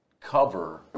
cover